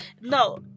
No